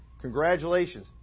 Congratulations